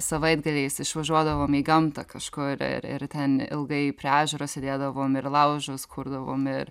savaitgaliais išvažiuodavom į gamtą kažkur ir ir ten ilgai prie ežero sėdėdavom ir laužus kurdavom ir